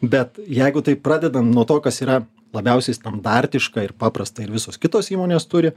bet jeigu taip pradedant nuo to kas yra labiausiai standartiška ir paprasta ir visos kitos įmonės turi